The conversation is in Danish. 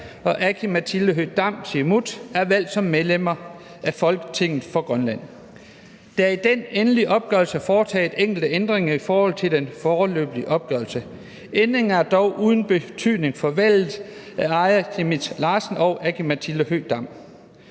og Aki-Matilda Høegh-Dam, Siumut, er valgt som medlemmer af Folketinget for Grønland. Der er i den endelige opgørelse foretaget enkelte ændringer i forhold til den foreløbige opgørelse. Ændringerne er dog uden betydning for valget af Aaja Chemnitz Larsen og Aki-Matilda Høegh-Dam.